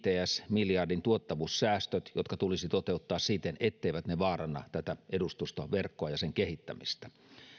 jts miljardin tuottavuussäästöt jotka tulisi toteuttaa siten etteivät ne vaaranna tätä edustustoverkkoa ja sen kehittämistä